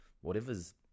whatever's